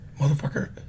motherfucker